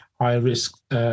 high-risk